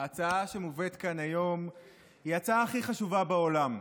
ההצעה שמובאת כאן היום היא ההצעה הכי חשובה בעולם.